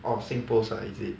orh SingPost ah is it